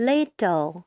Little